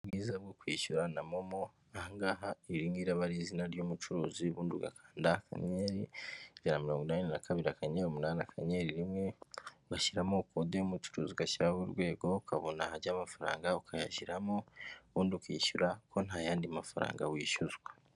Ubwiza bwo kwishyura na momo aha ngaha iri ngiri aba izina ry'umucuruzi ubundi ugakanda akanyenyeri ijana na mirongo inani na kabiri akanyenyenyeri umunani, akanyenyeri rimwe ugashyiramo kode y'umucuruzi ugashyiraho urwego ukabona ahajya amafaranga ukayashyiramo ubundi ukishyura ho nta yandi mafaranga wishyuzwa.